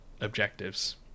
objectives